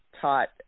taught